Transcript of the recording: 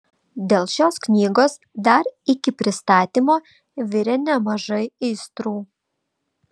dėl šios knygos dar iki pristatymo virė nemažai aistrų